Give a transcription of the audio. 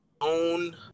own